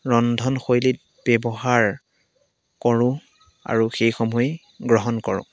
ৰন্ধন শৈলীত ব্যৱহাৰ কৰোঁ আৰু সেইসমূহেই গ্ৰহণ কৰোঁ